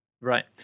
Right